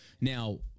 Now